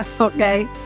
okay